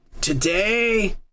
today